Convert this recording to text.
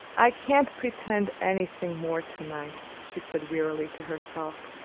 i can't pretend anything more to-night, she said wearily to herself.